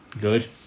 Good